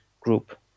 group